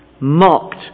Mocked